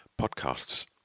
podcasts